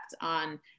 on